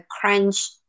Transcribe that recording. crunch